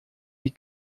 die